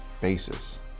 basis